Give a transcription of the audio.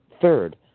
Third